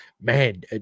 man